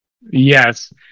Yes